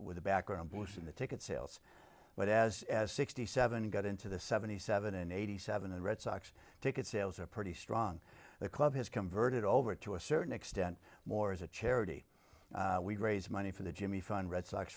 with a background bush in the ticket sales but as sixty seven got into the seventy seven and eighty seven the red sox ticket sales are pretty strong the club has converted over to a certain extent more as a charity we raise money for the jimmy fund red sox